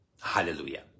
hallelujah